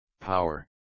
power